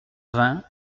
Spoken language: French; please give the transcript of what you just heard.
vingt